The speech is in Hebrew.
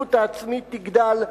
ההשתתפות העצמית תגדל.